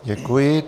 Děkuji.